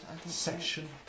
section